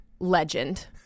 Legend